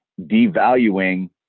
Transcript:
devaluing